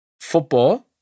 football